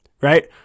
right